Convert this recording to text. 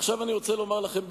עכשיו אני רוצה לומר לכם בכנות: